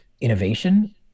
innovation